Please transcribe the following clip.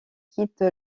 quitte